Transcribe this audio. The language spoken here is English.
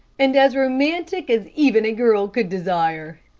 and as romantic as even a girl could desire.